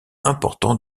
important